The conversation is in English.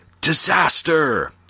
Disaster